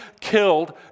killed